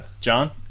John